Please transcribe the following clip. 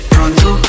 Pronto